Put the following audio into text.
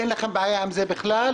אין לכם בעיה עם זה בכלל,